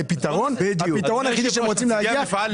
המפעל הזה,